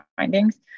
findings